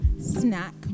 snack